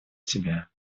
тебя